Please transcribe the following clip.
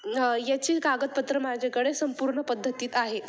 याची कागदपत्र माझ्याकडे संपूर्ण पद्धतीत आहेत